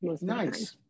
Nice